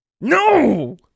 no